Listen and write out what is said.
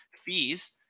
fees